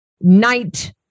Night